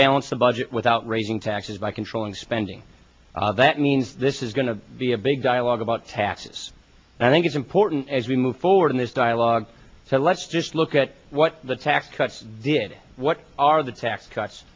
balance the budget without raising taxes by controlling spending that means this is going to be a big dialogue about taxes and i think it's important as we move forward in this dialogue so let's just look at what the tax cuts did what are the tax cuts